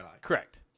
Correct